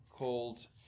called